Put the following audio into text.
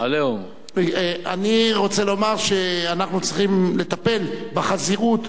אני רוצה לומר שאנחנו צריכים לטפל בחזירות,